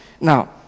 Now